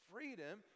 freedom